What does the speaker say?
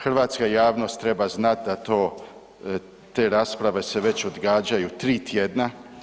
Hrvatska javnost treba znati da to, te rasprave se već odgađaju 3 tjedna.